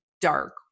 dark